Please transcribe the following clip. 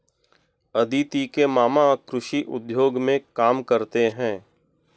अदिति के मामा कृषि उद्योग में काम करते हैं